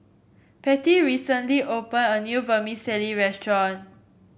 patty recently open a new Vermicelli restaurant